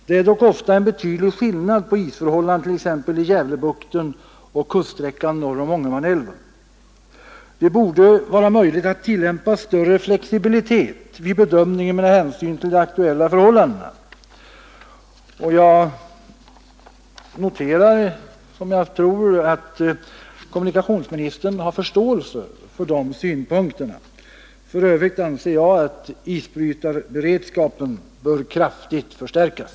Det är dock ofta en betydande skillnad på isförhållandena, t.ex. i Gävlebukten och kuststräckan norr om Ångermanälven. Det borde vara möjligt att tillämpa större flexibilitet vid bedömningen med hänsyn till de aktuella förhållandena. Jag noterar, som jag tror, att kommunikationsministern har förståelse för de synpunkterna. För övrigt anser jag att isbrytarberedskapen bör kraftigt förstärkas.